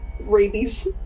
rabies